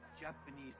Japanese